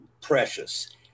Precious